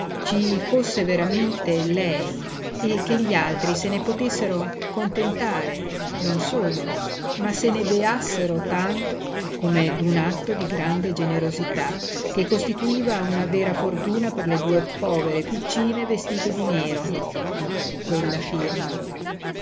ci fosse veramente lei e che gli altri se ne potessero contentare non solo ma se ne beassero tanto come d'un atto di grande generosità che costituiva una vera fortuna per le due povere piccine vestite di nero quella firma